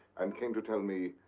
and came to tell me.